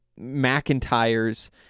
McIntyre's